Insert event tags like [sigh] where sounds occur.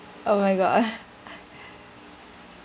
oh my god [breath]